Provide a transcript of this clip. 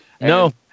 No